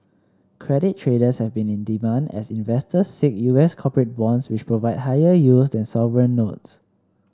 credit traders have been in demand as investors seek U S corporate bonds which provide higher yields than sovereign notes